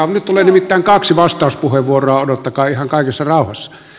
nyt tulee nimittäin kaksi vastauspuheenvuoroa odottakaa ihan kaikessa rauhassa